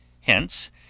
hence